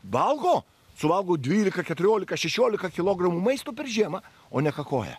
valgo suvalgo dvylika keturiolika šešiolika kilogramų maisto per žiemą o nekakoja